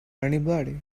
anybody